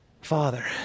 Father